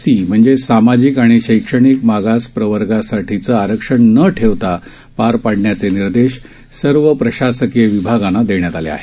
C म्हणजेच सामाजिक आणि शैक्षणिक मागास प्रवर्गासाठीचं आरक्षण न ठेवता पार पाडण्याचे निर्देश सर्व प्रशासकीय विभागांना देण्यात आले आहेत